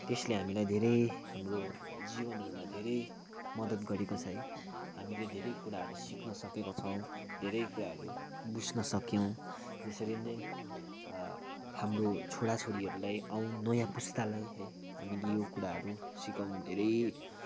त्यसले हामीलाई धेरै हाम्रो जीवनहरूमा धेरै मद्दत गरेको छ है हामीले धेरै कुराहरू सिक्न सकेको छौँ धेरै कुराहरू बुझ्न सक्यौँ यसरी नै हाम्रो छोराछोरीहरूलाई आउँ नयाँ पुस्तालाई हामीले यो कुराहरू सिकाउनु धेरै